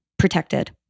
protected